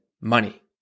money